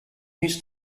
used